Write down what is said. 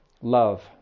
Love